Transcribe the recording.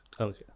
Okay